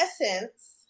essence